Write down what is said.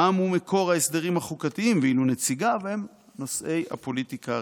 העם הוא מקור ההסדרים החוקתיים ואילו נציגיו הם נושאי הפוליטיקה הרגילה.